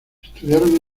estudiaron